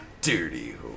dirty